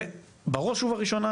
זה בראש ובראשונה,